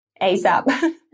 ASAP